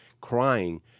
crying